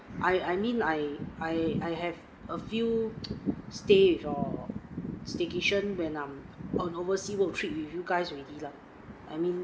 I I mean I I I have a few stay for staycation when I'm on oversea world trip with you guys already lah I mean